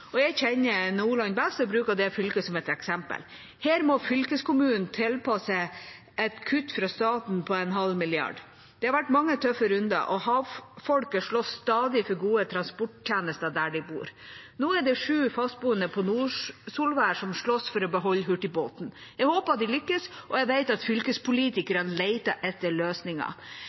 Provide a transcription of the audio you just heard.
Jeg kjenner Nordland best og bruker det fylket som et eksempel. Her må fylkeskommunen tilpasse et kutt fra staten på en halv milliard kr. Det har vært mange tøffe runder, og havfolket slåss stadig for gode transporttjenester der de bor. Nå er det sju fastboende på Nordsolvær som slåss for å beholde hurtigbåten. Jeg håper at de lykkes, og jeg vet at fylkespolitikerne leter etter